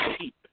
cheap